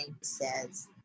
says